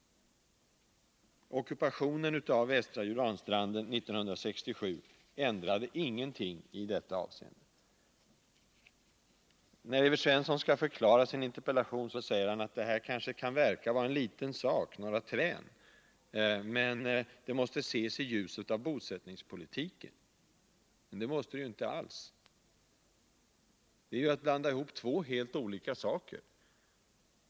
Ockupationen av västra Jordanstranden 1967 ändrade ingenting i detta avseende. När Evert Svensson skall förklara sin interpellation säger han att det här kanske kan verka vara en liten sak — några träd — men det måste ses i ljuset av bosättningspolitiken. Det måste det inte alls; det är att blanda ihop två olika saker.